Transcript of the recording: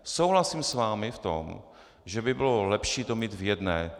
Souhlasím s vámi v tom, že by bylo lepší to mít v jedné.